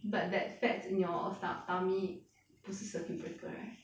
but that fats in your sto~ tummy 不是 circuit breaker right